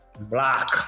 Black